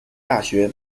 大学